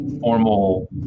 formal